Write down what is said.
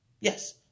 Yes